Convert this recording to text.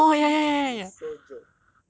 H_B_L P_E is so joke